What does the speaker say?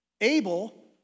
Abel